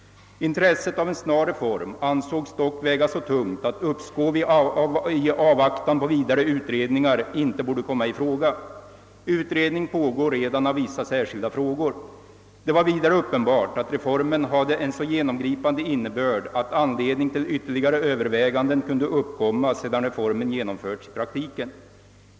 Intresset av en snar reform ansågs dock väga så tungt, att uppskov i avvaktan på vidare utredningar inte borde komma i fråga. Utredning pågår redan av vissa särskilda frågor. Det var vidare uppenbart att reformen hade en så genomgripande innebörd, att anledning till ytterligare överväganden kunde uppkomma sedan reformen genomförts i praktiken.